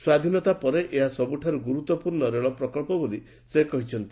ସ୍ୱାଧୀନତା ପରେ ଏହା ସବୁଠାରୁ ଗୁରୁତ୍ୱପୂର୍ଣ୍ଣ ରେଳ ପ୍ରକଳ୍ପ ବୋଲି ସେ କହିଛନ୍ତି